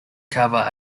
cover